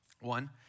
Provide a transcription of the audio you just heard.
One